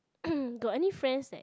got any friends that